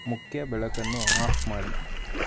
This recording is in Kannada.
ಮುಖ್ಯ ಬೆಳಕನ್ನು ಆಫ್ ಮಾಡಿ